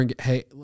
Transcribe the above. hey